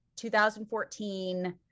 2014